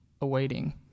awaiting